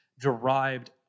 derived